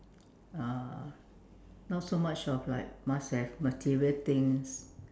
uh not so much of like must have material things